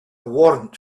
warrant